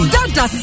Dada